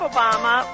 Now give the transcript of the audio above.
Obama